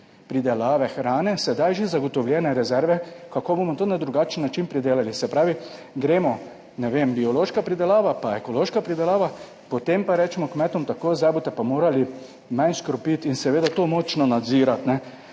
pridelave hrane sedaj že zagotovljene rezerve, kako bomo to na drugačen način pridelali, se pravi, gremo, ne vem, biološka pridelava pa ekološka pridelava, potem pa rečemo kmetom tako, zdaj boste pa morali manj škropiti in seveda to močno nadzirati.